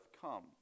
come